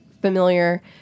familiar